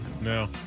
No